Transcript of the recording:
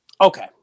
Okay